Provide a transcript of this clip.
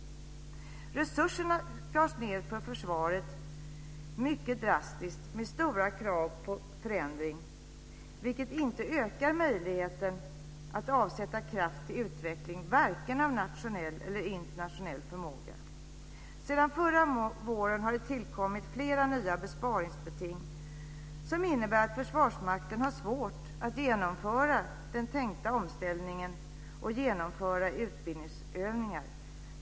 Resurserna skars ned mycket drastiskt för försvaret och med stora krav på förändring, vilket inte ökar möjligheten att avsätta kraft till utveckling av vare sig nationell eller internationell förmåga. Sedan förra våren har det tillkommit flera nya besparingsbeting som innebär att Försvarsmakten har svårt att genomföra den tänkta omställningen och att genomföra utbildningsövningar.